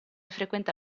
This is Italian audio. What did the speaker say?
frequenta